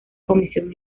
comisión